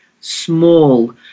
small